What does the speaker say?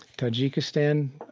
tajikistan.